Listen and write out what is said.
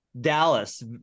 Dallas